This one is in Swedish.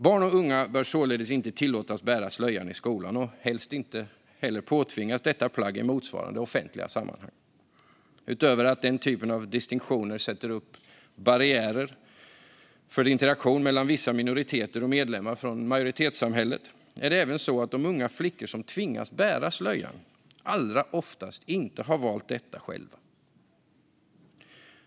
Barn och unga bör således inte tillåtas bära slöjan i skolan och helst inte heller påtvingas detta plagg i motsvarande offentliga sammanhang. Utöver att den typen av distinktioner sätter upp barriärer för interaktion mellan vissa minoriteter och medlemmar av majoritetssamhället är det även så att de unga flickor som tvingas bära slöja oftast inte har valt detta själva.